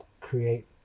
create